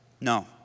No